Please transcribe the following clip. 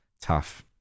tough